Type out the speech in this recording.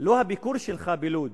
לא הביקור שלך בלוד,